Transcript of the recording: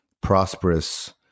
prosperous